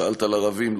שאלת על ערבים,